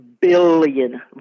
billion